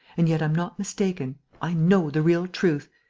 and yet i'm not mistaken i know the real truth.